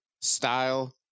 style